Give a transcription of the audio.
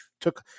took